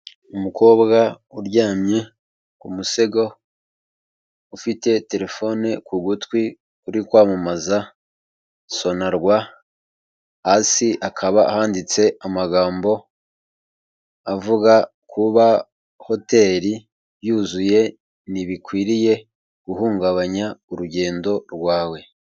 Umukobwa uryamye ku musego ufite telefone ku gutwi uri kwamamaza Sonarwa, hasi hakaba handitse amagambo avuga kuba Hotel yuzuye ntibikwiriye guhungabanya urugendo rwawe.